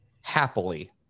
happily